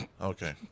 Okay